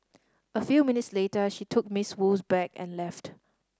a few minutes later she took Miss Wu's bag and left